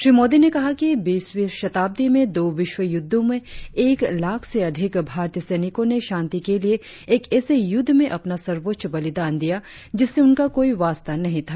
श्री मोदी ने कहा कि बीसवीं शताब्दी में दो विश्व युद्धों में एक लाख से अधिक भारतीय सैनिकों ने शांति के लिए एक ऐसे युद्ध में अपना सर्वोच्च बलिदान दिया जिससे उनका कोई वास्ता नही था